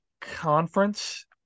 conference